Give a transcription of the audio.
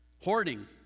hoarding